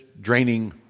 draining